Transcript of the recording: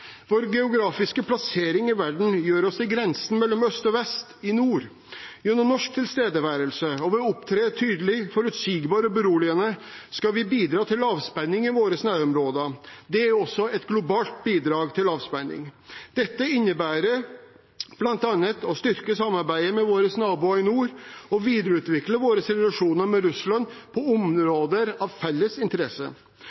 Vår geografiske plassering i verden gjør oss til grensen mellom øst og vest, i nord. Gjennom norsk tilstedeværelse, og ved å opptre tydelig, forutsigbart og beroligende, skal vi bidra til avspenning i nærområdene våre. Det er også et globalt bidrag til avspenning. Dette innebærer bl.a. å styrke samarbeidet med våre naboer i nord og videreutvikle våre relasjoner med Russland på